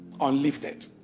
Unlifted